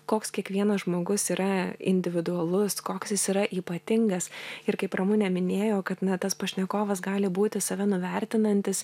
koks kiekvienas žmogus yra individualus koks jis yra ypatingas ir kaip ramunė minėjo kad na tas pašnekovas gali būti save nuvertinantis